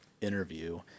interview